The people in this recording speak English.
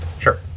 Sure